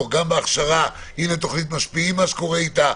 גם בהכשרה תוכנית משפיעים ומה שקורה איתה.